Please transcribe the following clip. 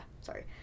sorry